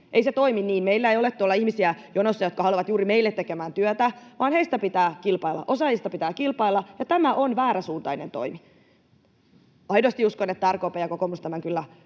Ei se toimi niin. Meillä ei ole tuolla jonossa ihmisiä, jotka haluavat juuri meille tekemään työtä, vaan heistä pitää kilpailla, osaajista pitää kilpailla, ja tämä on vääränsuuntainen toimi. Aidosti uskon, että RKP ja kokoomus tämän kyllä